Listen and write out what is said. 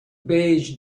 beige